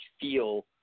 feel